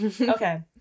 okay